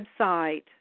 website